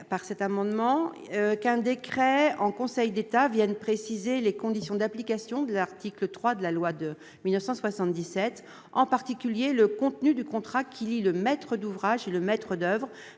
proposons qu'un décret en Conseil d'État vienne préciser les conditions d'application de l'article 3 de la loi de 1977, en particulier le contenu du contrat qui lie le maître d'ouvrage et le maître d'oeuvre,